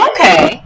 Okay